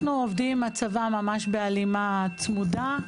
אנחנו עובדים עם הצבא ממש בהלימה צמודה,